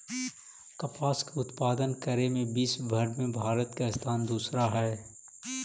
कपास के उत्पादन करे में विश्वव भर में भारत के स्थान दूसरा हइ